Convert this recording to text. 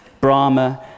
Brahma